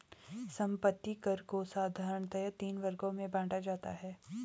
संपत्ति कर को साधारणतया तीन वर्गों में बांटा जाता है